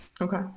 Okay